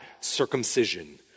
circumcision